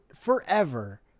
forever